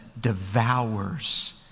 devours